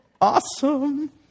Awesome